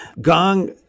Gong